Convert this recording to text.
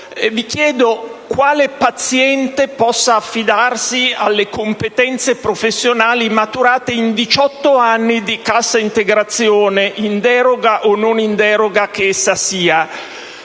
Mi chiedo quale paziente possa affidarsi alle competenze professionali maturate in 18 anni di cassa integrazione, in deroga o non in deroga che sia.